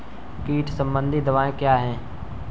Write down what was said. कीट संबंधित दवाएँ क्या हैं?